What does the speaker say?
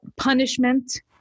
punishment